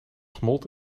smolt